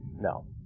No